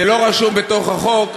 זה לא רשום בחוק,